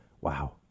Wow